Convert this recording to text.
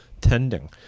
tending